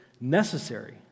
necessary